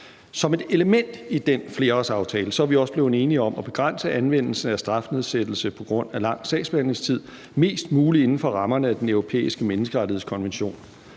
Som et element i den flerårsaftale er vi også blevet enige om at begrænse anvendelsen af strafnedsættelse på grund af lang sagsbehandlingstid mest muligt inden for rammerne af Den Europæiske Menneskerettighedskonvention.